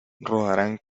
rodarán